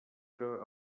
que